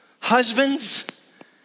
husbands